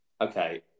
Okay